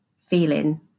feeling